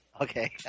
Okay